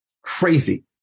Crazy